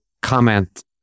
comment